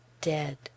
DEAD